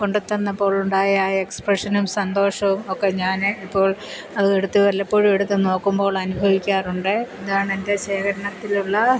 കൊണ്ട് തന്നപ്പോഴുണ്ടായ ആ എക്സ്പ്രഷനും സന്തോഷവും ഒക്കെ ഞാൻ ഇപ്പോൾ അത് എടുത്ത് വല്ലപ്പോഴും എടുത്ത് നോക്കുമ്പോൾ അനുഭവിക്കാറുണ്ട് ഇതാണ് എൻ്റെ ശേഖരണത്തിലുള്ള